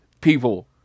people